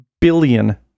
billion